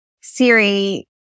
Siri